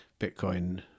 Bitcoin